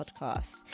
podcast